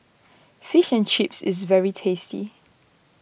Fish and Chips is very tasty